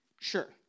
Sure